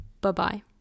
Bye-bye